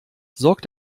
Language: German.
sorgt